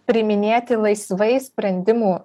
priiminėti laisvai sprendimų